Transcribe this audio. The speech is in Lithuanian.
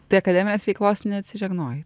tai akademinės veiklos neatsižegnoji